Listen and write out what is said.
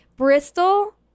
Bristol